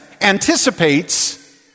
anticipates